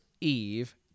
Eve